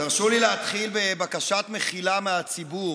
תרשו לי להתחיל בבקשת מחילה מהציבור: